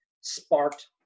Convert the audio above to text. sparked